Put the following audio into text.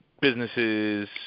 businesses